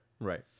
Right